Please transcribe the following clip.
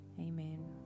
Amen